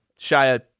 Shia